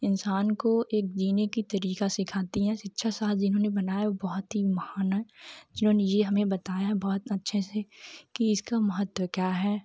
इंसान को एक जीने का तरीका सिखाती है शिक्षा का साथ जिन्होंने बनाया हुआ है वह बहुत ही महान जिन्होंने यह हमें बताया बहुत अच्छे से की इसका महत्व क्या है